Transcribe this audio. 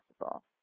possible